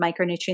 micronutrients